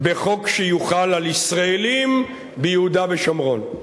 בחוק שיוחל על ישראלים ביהודה ושומרון.